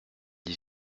dix